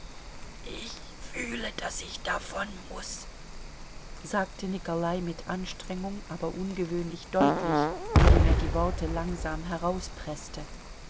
ich fühle daß ich davon muß sagte nikolai mit anstrengung aber ungewöhnlich deutlich indem er die worte langsam herauspreßte